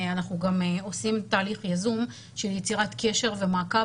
אנחנו גם עושים תהליך יזום של יצירת קשר ומעקב